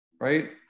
right